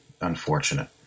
unfortunate